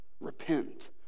Repent